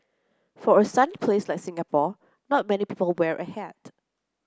for a sunny place like Singapore not many people wear a hat